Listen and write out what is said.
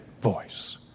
voice